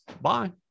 Bye